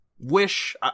Wish